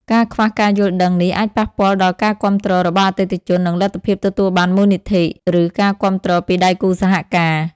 ការខ្វះការយល់ដឹងនេះអាចប៉ះពាល់ដល់ការគាំទ្ររបស់អតិថិជន និងលទ្ធភាពទទួលបានមូលនិធិ ឬការគាំទ្រពីដៃគូសហការ ។